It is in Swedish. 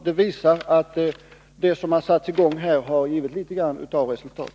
Det visar att det som satts i gång här har givit litet av resultat.